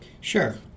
Sure